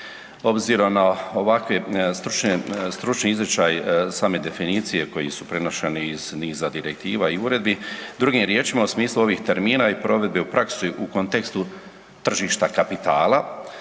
Obzirom na ovakve stručne, stručni izričaj same definicije koji su prenošeni iz niza direktiva i uredbi, drugim riječima u smislu ovih termina i provedbi u praksi u kontekstu tržišta kapitala